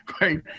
right